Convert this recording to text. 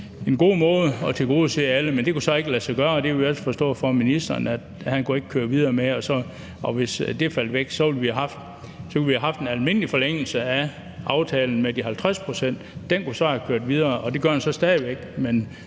en god måde at tilgodese alle på, men det kunne så ikke lade sig gøre. Vi har forstået på ministeren, at han ikke kunne køre videre med det. Hvis det faldt væk, kunne vi have haft en almindelig forlængelse af aftalen om de 50 pct. Den kunne have kørt videre, og det gør den så stadig væk,